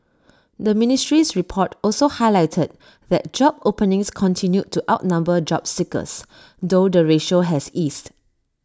the ministry's report also highlighted that job openings continued to outnumber job seekers though the ratio has eased